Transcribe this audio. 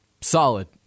Solid